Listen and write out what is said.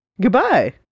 goodbye